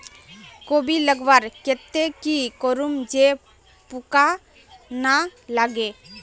कोबी लगवार केते की करूम जे पूका ना लागे?